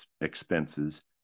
expenses